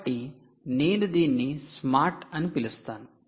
కాబట్టి నేను దీన్ని "స్మార్ట్" అని పిలుస్తాను